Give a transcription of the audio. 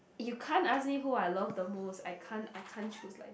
you can't ask me who I love the most I can't I can't choose like that